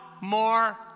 more